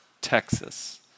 Texas